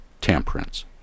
Temperance